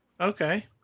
Okay